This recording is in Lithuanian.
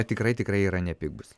tikrai tikrai yra nepigūs